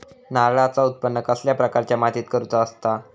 नारळाचा उत्त्पन कसल्या प्रकारच्या मातीत करूचा असता?